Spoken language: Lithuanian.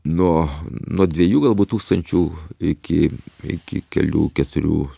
nuo nuo dviejų galbūt tūkstančių iki iki kelių keturių